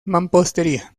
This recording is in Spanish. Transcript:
mampostería